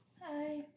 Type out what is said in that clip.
Hi